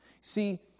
See